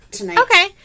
Okay